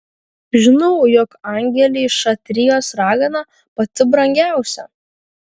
žinau jog angelei šatrijos ragana pati brangiausia